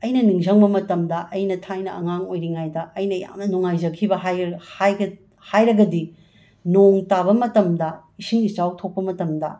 ꯑꯩꯅ ꯅꯤꯡꯁꯤꯕ ꯃꯇꯝꯗ ꯑꯩꯅ ꯊꯥꯏꯅ ꯑꯉꯥꯡ ꯑꯣꯏꯔꯤꯉꯩꯗ ꯑꯩꯅ ꯌꯥꯝꯅ ꯅꯨꯡꯉꯥꯏꯖꯈꯤꯕ ꯍꯥꯏꯔ ꯍꯥꯏꯒ ꯌꯥꯏꯔꯒꯗꯤ ꯅꯣꯡ ꯇꯥꯕ ꯃꯇꯝꯗ ꯏꯁꯤꯡ ꯏꯆꯥꯎ ꯊꯣꯛꯄ ꯃꯇꯝꯗ